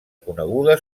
coneguda